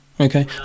Okay